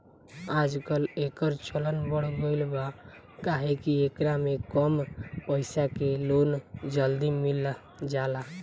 आजकल, एकर चलन बढ़ गईल बा काहे कि एकरा में कम पईसा के लोन जल्दी मिल जाला